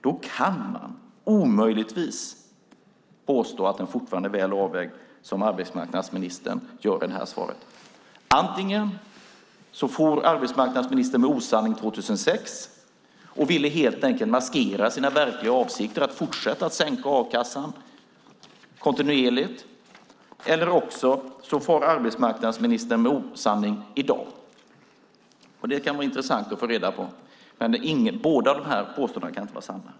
Då kan han omöjligtvis påstå att den fortfarande är väl avvägd, som arbetsmarknadsministern gör i svaret. Antingen for arbetsmarknadsministern med osanning 2006 och ville helt enkelt maskera sina verkliga avsikter att fortsätta sänka a-kassan kontinuerligt, eller också far arbetsmarknadsministern med osanning i dag. Det kan vara intressant att få reda på, men båda de här påståendena kan inte vara sanna.